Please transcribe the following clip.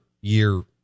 year